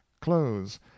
clothes